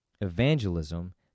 Evangelism